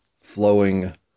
flowing